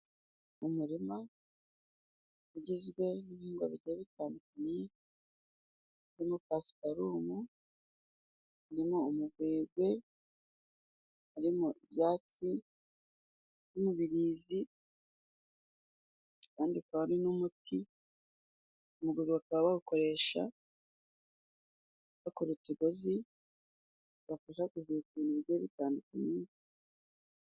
Umurima ugizwe n'ibihingwa bigiye bitandukanye birimo pasiparumu, harimo umugwegwe harimo ibyatsi n'umubirizi, kandi akaba ari n'umuti, ubwo bakaba bawukoresha bakora utugozi tubafasha kuzika intu bigiye bitandukanye.